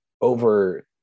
over